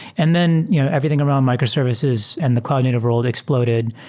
and then you know everything around microservices and the cloud native wor ld exploded.